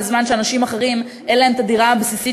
בזמן שאנשים אחרים אין להם הדירה הבסיסית